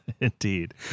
Indeed